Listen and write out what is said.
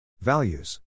Values